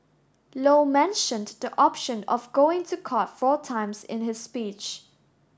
low mentioned the option of going to court four times in his speech